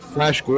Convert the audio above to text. Flash